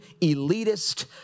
elitist